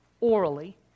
orally